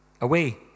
away